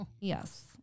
Yes